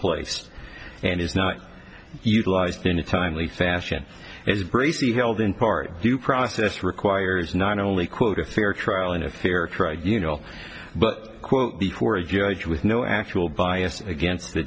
place and is not utilized in a timely fashion is briefly held in part due process requires not only quote a fair trial in a fair trial you know but before a judge with no actual bias against the